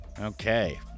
okay